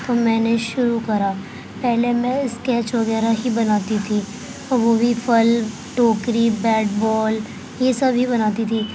تو میں نے شروع کرا پہلے میں اسکیچ وغیرہ ہی بناتی تھی اور وہ بھی پھل ٹوکری بیٹ بال یہ سبھی بناتی تھی